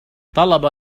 طلب